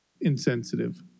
insensitive